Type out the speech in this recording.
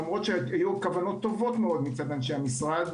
למרות שהיו כוונות טובות מאוד מצד אנשי המשרד,